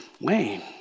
Wayne